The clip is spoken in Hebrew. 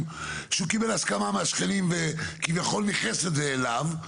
שהוא קיבל הסכמה מהשכנים וכביכול ניכס את זה אליו,